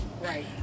right